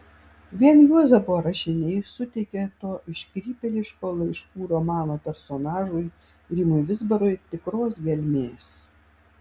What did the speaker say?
vien juozapo rašiniai suteikė to iškrypėliško laiškų romano personažui rimui vizbarai tikros gelmės